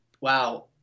Wow